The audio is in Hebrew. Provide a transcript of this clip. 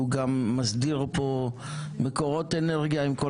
הוא גם מסדיר מקורות אנרגיה עם כל